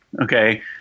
Okay